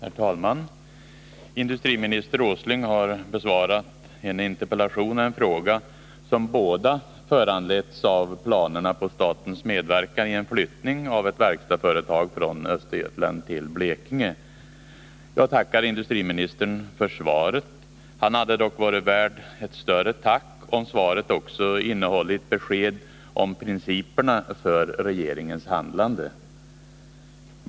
Herr talman! Industriminister Åsling har besvarat en interpellation och en fråga, som båda föranletts av planerna på statens medverkan i en flyttning av ett verkstadsföretag från Östergötland till Blekinge. Jag tackar industriministern för svaret. Han hade dock varit värd ett större tack om svaret också innehållit besked om principerna för regeringens handlande.